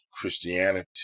Christianity